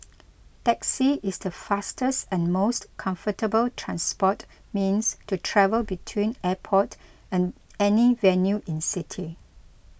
taxi is the fastest and most comfortable transport means to travel between airport and any venue in city